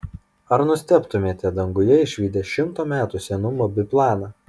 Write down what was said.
ar nustebtumėte danguje išvydę šimto metų senumo biplaną